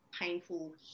painful